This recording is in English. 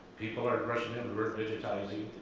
people are rushing into work digitizing